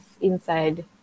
inside